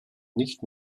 nicht